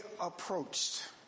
approached